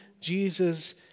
Jesus